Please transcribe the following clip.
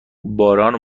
باران